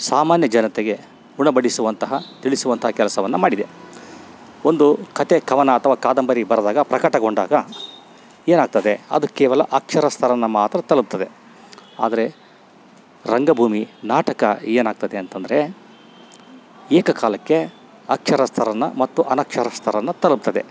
ಸಾಮಾನ್ಯ ಜನತೆಗೆ ಉಣಬಡಿಸುವಂತಹ ತಿಳಿಸುವಂಥ ಕೆಲಸವನ್ನು ಮಾಡಿದೆ ಒಂದು ಕತೆ ಕವನ ಅಥವಾ ಕಾದಂಬರಿ ಬರೆದಾಗ ಪ್ರಕಟಗೊಂಡಾಗ ಏನಾಗ್ತದೆ ಅದು ಕೇವಲ ಅಕ್ಷರಸ್ಥರನ್ನ ಮಾತ್ರ ತಲುಪ್ತದೆ ಆದರೆ ರಂಗಭೂಮಿ ನಾಟಕ ಏನಾಗ್ತದೆ ಅಂತಂದರೆ ಏಕಕಾಲಕ್ಕೆ ಅಕ್ಷರಸ್ಥರನ್ನ ಮತ್ತು ಅನಕ್ಷರಸ್ಥರನ್ನ ತಲುಪ್ತದೆ